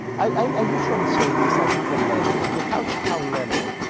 i, i usually say this at different levels. at the household level,